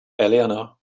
eleanor